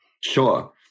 Sure